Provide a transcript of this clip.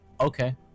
okay